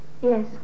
Yes